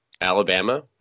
Alabama